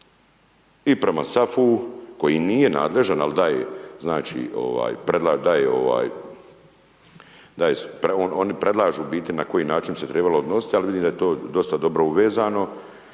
I prema SAFU koji nije nadležan, ali daje, znači daje ovaj, oni predlaže u biti na koji način se trebalo odnositi, ali vidim da je to dosta dobro uvezano,